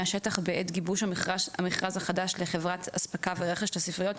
השטח בעת גיבוש המכרז החדש לחברת אפסקה ורכש לספריות,